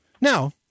Now